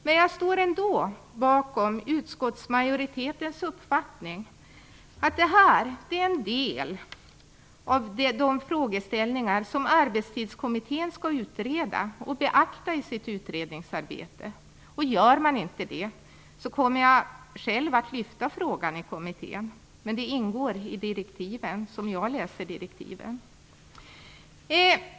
Men jag står ändå bakom utskottsmajoritetens uppfattning att detta är en del av den frågeställning som Arbetstidskommittén skall utreda och beakta i sitt utredningsarbete. Gör man inte det kommer jag själv att lyfta fram frågan i kommittén. Att behandla denna fråga ingår i direktiven, så som jag tolkar dem.